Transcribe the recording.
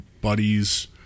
buddies